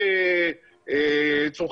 יש חוק שאומר: יש צו בינתיים,